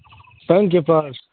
bank کے پاس